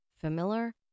familiar